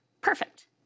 Perfect